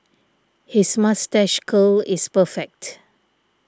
his moustache curl is perfect